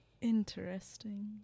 Interesting